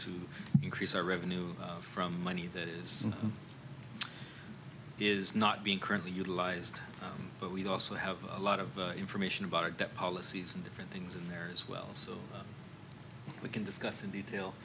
to increase our revenue from money that is and is not being currently utilized but we also have a lot of information about our debt policies and different things in there as well so we can discuss in detail